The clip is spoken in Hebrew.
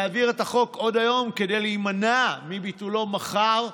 להעביר את החוק עוד היום כדי להימנע מביטולו מחר.